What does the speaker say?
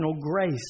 grace